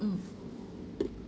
mm